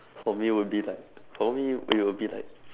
for me will be like for me will be like